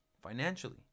financially